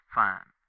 fine